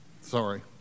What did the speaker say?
Sorry